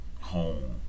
home